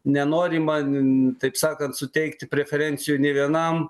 nenori man taip sakant suteikti preferencijų nei vienam